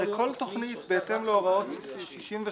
סליחה,